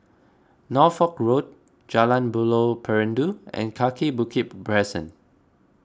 Norfolk Road Jalan Buloh Perindu and Kaki Bukit Crescent